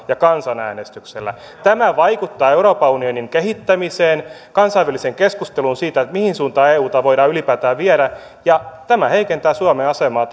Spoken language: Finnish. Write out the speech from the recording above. ja kansanäänestyksellä tämä vaikuttaa euroopan unionin kehittämiseen kansainväliseen keskusteluun siitä mihin suuntaan euta voidaan ylipäätään viedä ja tämä heikentää suomen asemaa